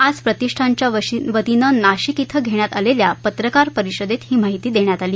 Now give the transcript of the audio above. आज प्रतिष्ठानच्या वतीनं नाशिक इथं घेण्यात आलेल्या पत्रकार परिषदेत ही माहिती देण्यात आली